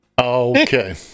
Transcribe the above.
Okay